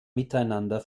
miteinander